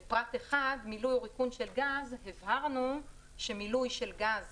בפרט (1) "מילוי או ריקון של גז" הבהרנו שמילוי של גז